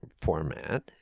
format